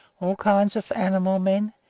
all kinds of animal men,